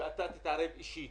שאתה תתערב אישית